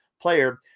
player